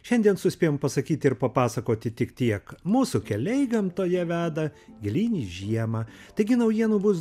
šiandien suspėjom pasakyti ir papasakoti tik tiek mūsų keliai gamtoje veda gilyn į žiemą taigi naujienų bus